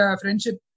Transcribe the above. friendship